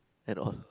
at all